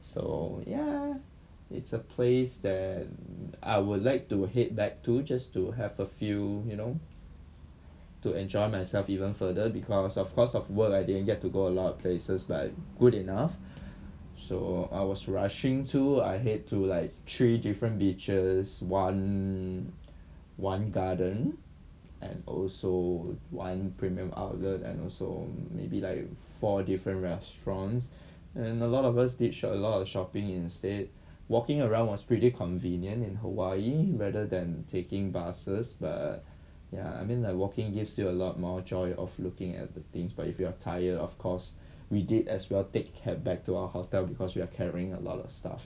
so ya it's a place that I would like to head back to just to have a few you know to enjoy myself even further because of course of work I didn't get to go a lot of places but good enough so I was rushing too I head to like three different beaches one one garden and also one premium outlet and also maybe like for different restaurants and a lot of us did shop a lot of shopping instead walking around was pretty convenient in hawaii rather than taking buses but ya I mean like walking gives you a lot more joy of looking at things but if you are tired of course we did as well take cab back to our hotel because we are carrying a lot of stuff